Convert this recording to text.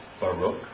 Baruch